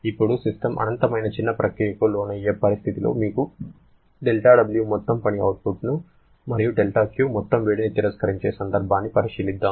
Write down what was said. ఇప్పుడు సిస్టమ్ అనంతమైన చిన్న ప్రక్రియకు లోనయ్యే పరిస్థితిలో మీకు δW మొత్తం పని అవుట్పుట్ను మరియు δQ మొత్తం వేడిని తిరస్కరించే సందర్భాన్ని పరిశీలిద్దాం